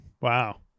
wow